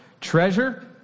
Treasure